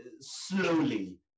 slowly